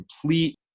complete